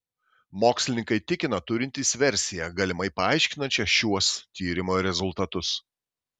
mokslininkai tikina turintys versiją galimai paaiškinančią šiuos tyrimo rezultatus